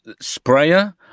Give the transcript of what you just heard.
sprayer